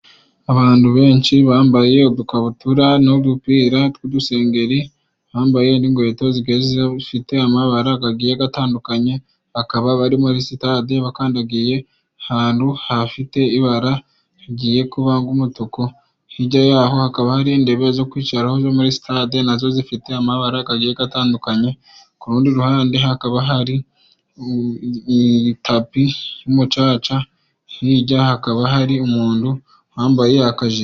Abantu benshi bambaye udukabutura n'udupira tw'udusengeri, bambaye n'inkweto zigiye zifite amabara agiye atandukanye, bakaba bari muri sitade, bakandagiye ahantu hafite ibara rigiye kuba nk'umutuku, hirya ya ho hakaba hari intebe zo kwicaraho muri stade na zo zifite amabara atandukanye, ku rundi ruhande hakaba hari itapi y'umucaca, hirya hakaba hari umuntu wambaye akajiri.